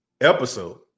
episode